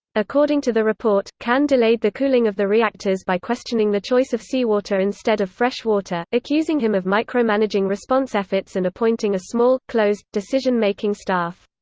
according to the report, kan delayed the cooling of the reactors by questioning the choice of seawater instead of fresh water, accusing him of micromanaging response efforts and appointing a small, closed, decision-making staff.